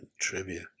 trivia